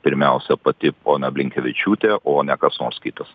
pirmiausia pati ponia blinkevičiūtė o ne kas nors kitas